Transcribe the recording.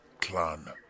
clan